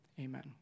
amen